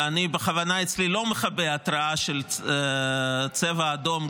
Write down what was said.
ואני בכוונה לא מכבה אצלי את ההתרעה של צבע אדום,